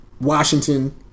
Washington